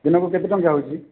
ଦିନକୁ କେତେ ଟଙ୍କା ହଉଛି